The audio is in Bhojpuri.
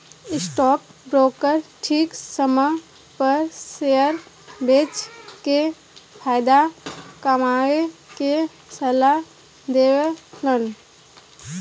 स्टॉक ब्रोकर ठीक समय पर शेयर बेच के फायदा कमाये के सलाह देवेलन